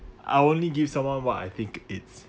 I only give someone what I think it's